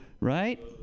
Right